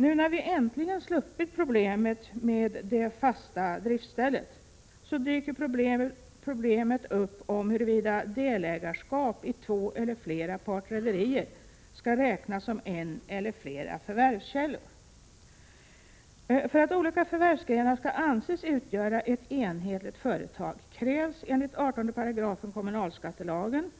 Nu när vi äntligen har sluppit problemet med fast driftsställe, dyker problemet upp huruvida delägarskap i två eller flera partrederier skall räknas som en eller flera förvärvskällor. För att olika förvärvsgrenar skall anses utgöra ett enhetligt företag krävs enligt 18 § kommunalskattelagen